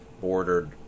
bordered